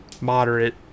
moderate